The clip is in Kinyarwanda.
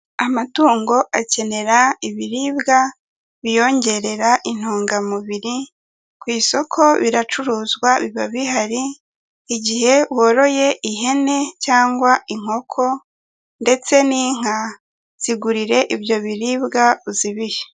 Amatungo akenera ibiribwa biyongerera intungamubiri ku isoko biracuruzwa biba bihari, igihe woroye ihene cyangwa inkoko ndetse n'inka, zigurire ibyo biribwa uzibihe.